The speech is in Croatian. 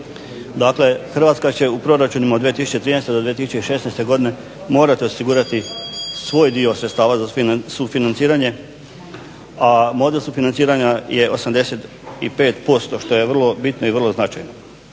Dakle, Hrvatska će u proračunima od 2013. do 2016. godine morati osigurati svoj dio sredstava za sufinanciranje, a model sufinanciranja je 85% što je vrlo bitno i vrlo značajno.